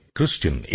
Christian